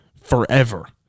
forever